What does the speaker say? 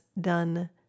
done